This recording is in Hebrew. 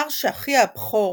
לאחר שאחיה הבכור